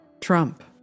Trump